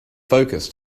focus